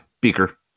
Beaker